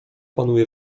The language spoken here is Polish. panuje